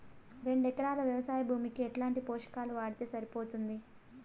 రెండు ఎకరాలు వ్వవసాయ భూమికి ఎట్లాంటి పోషకాలు వాడితే సరిపోతుంది?